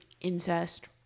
incest